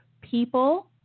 people